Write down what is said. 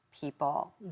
people